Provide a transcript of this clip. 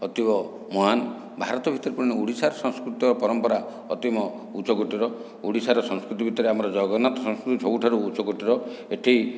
ଅଧିକ ମହାନ ଭାରତ ଭିତରେ ପୁଣି ଓଡ଼ିଶାର ସଂସ୍କୃତି ଆଉ ପରମ୍ପରା ଅତିମ ଉଚ୍ଚକୋଟୀର ଓଡ଼ିଶାର ସଂସ୍କୃତି ଭିତରେ ଆମର ଜଗନ୍ନାଥ ସଂସ୍କୃତି ସବୁଠାରୁ ଉଚ୍ଚକୋଟୀର ଏଠି